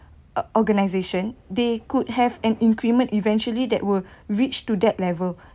uh organisation they could have an increment eventually that will reach to that level